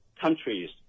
countries